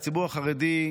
הציבור החרדי,